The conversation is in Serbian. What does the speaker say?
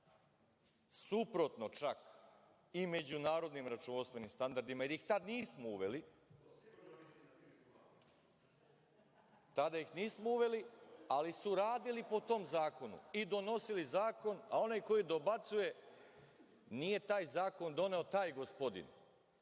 Suprotno čak i međunarodnim računovodstvenim standardima, jer ih tad nismo uveli ali su radili po tom zakonu i donosili zakon. Onaj ko dobacuje, nije taj zakon doneo taj gospodin,